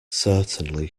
certainly